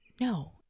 no